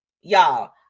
y'all